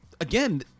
again